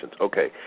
Okay